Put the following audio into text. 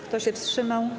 Kto się wstrzymał?